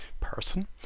person